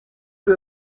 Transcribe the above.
wir